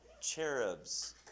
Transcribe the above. cherubs